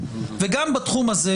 וגם בתחום הזה